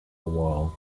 wall